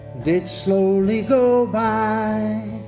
did slowly go by